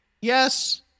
Yes